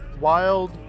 wild